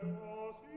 was